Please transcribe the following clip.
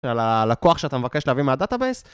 של הלקוח שאתה מבקש להביא מהדטא בייס